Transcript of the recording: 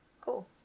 Cool